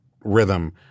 rhythm